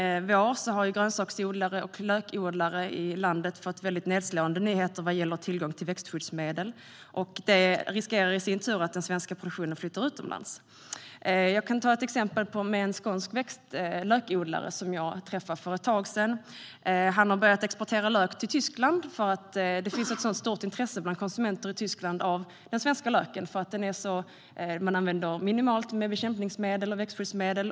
Under våren har grönsaksodlare, till exempel lökodlare, i landet fått mycket nedslående nyheter vad gäller tillgång till växtskyddsmedel. Det riskerar i sin tur att den svenska produktionen flyttar utomlands. Jag kan som exempel nämna en skånsk lökodlare som jag träffade för ett tag sedan. Han har börjat exportera lök till Tyskland, eftersom det finns ett så stort intresse för den svenska löken bland konsumenter i Tyskland därför att man i Sverige använder minimalt med bekämpningsmedel och växtskyddsmedel.